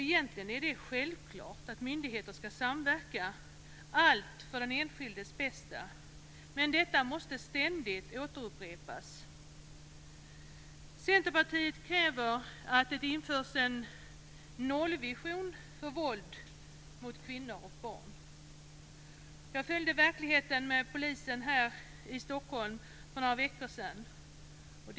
Egentligen är det självklart att myndigheter ska samverka, allt för den enskildes bästa, men detta måste ständigt återupprepas. Centerpartiet kräver att det införs en nollvision för våld mot kvinnor och barn. Jag följde för några veckor sedan verkligheten tillsammans med polisen här i Stockholm.